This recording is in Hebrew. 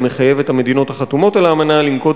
המחייב את המדינות החתומות על האמנה לנקוט